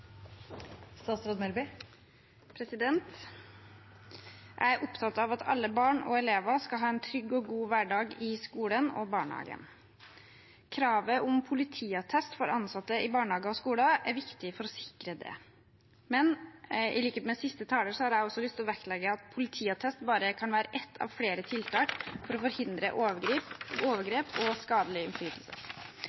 opptatt av at alle barn og elever skal ha en trygg og god hverdag på skolen og i barnehagen. Kravet om politiattest for ansatte i barnehager og skoler er viktig for å sikre det. Men i likhet med siste taler har jeg lyst til å vektlegge at politiattest bare kan være et av flere tiltak for å forhindre